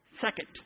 second